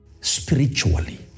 spiritually